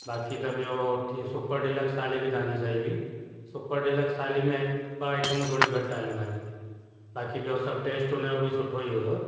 बाक़ी त ॿियो सुपर डिलक्स थाली बि तव्हांजी सई हुई सुपर डिलक्स थाली में हिकु ॿ आईटमूं घटि आयूं तव्हांजीयूं बाक़ी ॿियो सभु टेस्ट हुनजो बि सुठो ई हुयो